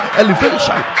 elevation